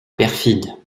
perfide